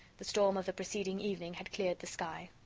the storm of the preceding evening had cleared the sky.